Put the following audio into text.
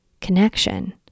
connection